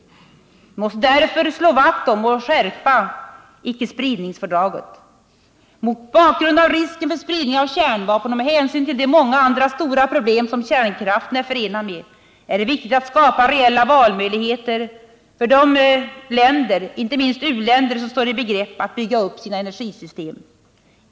Vi måste därför slå vakt om och skärpa icke-spridningsfördraget. Mot bakgrund av risken för spridning av kärnvapen och med hänsyn till de många andra stora problem som kärnkraften är förenad med är det viktigt att skapa reella valmöjligheter för de länder, inte minst u-länder, som står i begrepp att bygga upp sina energisystem.